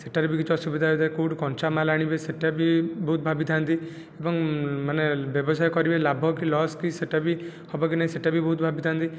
ସେଠାରେ ବି କିଛି ଅସୁବିଧା ହୋଇଥାଏ କେଉଁଠୁ କଞ୍ଚା ମାଲ୍ ଆଣିବେ ସେଇଟା ବି ବହୁତ ଭାବିଥାନ୍ତି ଏବଂ ମାନେ ବ୍ୟବସାୟ କରିବେ ଲାଭ କି ଲସ୍ କି ସେଇଟା ବି ହେବ କି ନାହିଁ ସେଇଟା ବି ବହୁତ ଭାବିଥାନ୍ତି